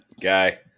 guy